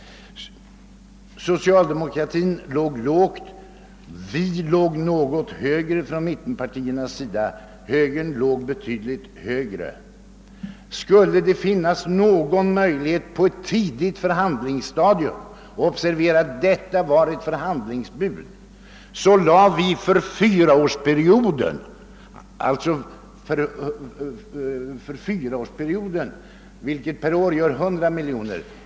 Socialdemokraterna låg lågt, vi inom mittenpartierna låg något högre, medan högern låg betydligt högre. Vi ansåg att om det skulle finnas någon möjlighet att nå enighet på ett tidigt förhandlingsstadium — observera att detta var ett förhandlingsbud — borde vi för fyraårsperioden lägga fram ett bud 'om en höjning med 100 miljoner kronor per år.